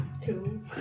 Two